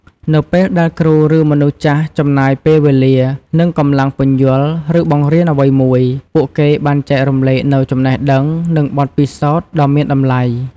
នៅពេលដែលគ្រូ ឬមនុស្សចាស់ចំណាយពេលវេលា និងកម្លាំងពន្យល់ ឬបង្រៀនអ្វីមួយ ពួកគេបានចែករំលែកនូវចំណេះដឹង និងបទពិសោធន៍ដ៏មានតម្លៃ។